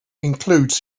includes